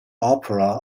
opera